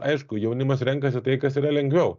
aišku jaunimas renkasi tai kas yra lengviau